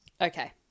Okay